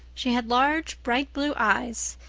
she had large, bright-blue eyes,